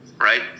right